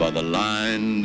by the line